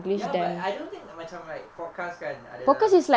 ya but I don't think macam like podcast kan ada